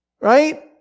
right